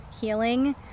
healing